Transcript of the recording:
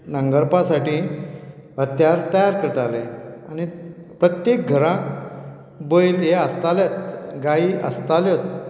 नांगरपा साठी हत्त्यार तयार करताले आनी प्रत्येक घराक बैल हे आसतालेत गायी आसताल्योत